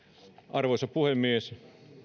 arvoisa puhemies